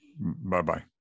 bye-bye